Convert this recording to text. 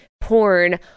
porn